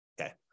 Okay